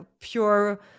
pure